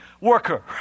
worker